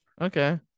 Okay